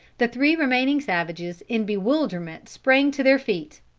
the three remaining savages in bewilderment sprang to their feet.